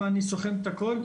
אם אני סוכם את הכל,